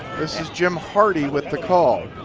this is jim hardy with the call.